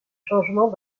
changements